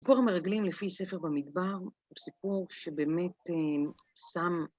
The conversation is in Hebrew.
סיפור המרגלים לפי ספר במדבר הוא סיפור שבאמת שם